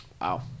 wow